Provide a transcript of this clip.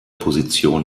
position